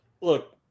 look